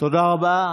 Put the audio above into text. תודה רבה.